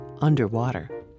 underwater